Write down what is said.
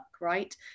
right